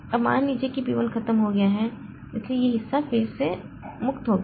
अब मान लीजिए कि P 1 खत्म हो गया है इसलिए यह हिस्सा फिर से मुक्त हो गया